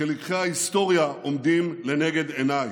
כי לקחי ההיסטוריה עומדים לנגד עיניי.